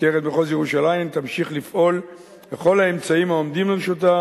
משטרת מחוז ירושלים תמשיך לפעול בכל האמצעים העומדים לרשותה